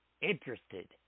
interested